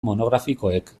monografikoek